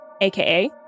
AKA